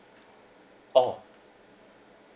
oh